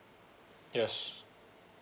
yes